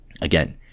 Again